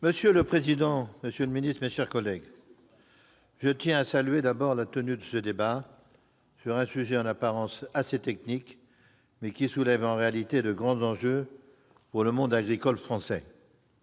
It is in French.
Monsieur le président, monsieur le ministre, mes chers collègues, je tiens tout d'abord à saluer la tenue de ce débat, sur un sujet en apparence assez technique, mais qui soulève en réalité de grands enjeux pour le monde agricole français.